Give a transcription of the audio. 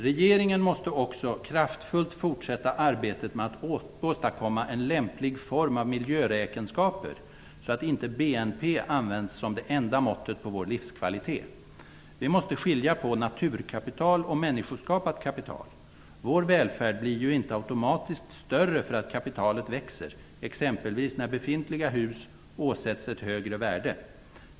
Regeringen måste också kraftfullt fortsätta arbetet med att åstadkomma en lämplig form av miljöräkenskaper, så att inte BNP används som det enda måttet på vår livskvalitet. Vi måste skilja på naturkapital och människoskapat kapital. Vår välfärd blir ju inte automatiskt större för att kapitalet växer, exempelvis när befintliga hus åsätts ett högre värde.